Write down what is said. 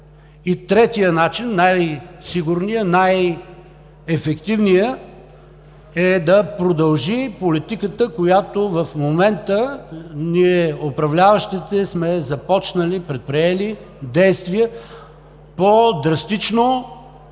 Третият начин, най-сигурният, най-ефективният, е да продължи политиката, която в момента управляващите сме започнали, предприели действия по-драстично,